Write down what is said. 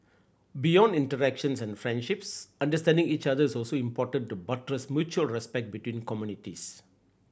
beyond interactions and friendships understanding each other is also important to buttress mutual respect between communities